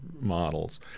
models